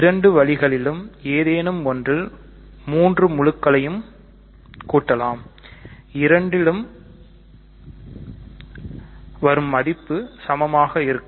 இரண்டு வழிகளில் ஏதேனும் ஒன்றில் மூன்று முழுக்களையும் கூட்டலாம் இரண்டிலும் வழிகளிலும் வரும் மதிப்பு சமமாக இருக்கும்